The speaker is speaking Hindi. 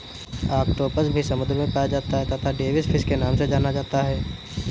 ऑक्टोपस भी समुद्र में पाया जाता है तथा डेविस फिश के नाम से जाना जाता है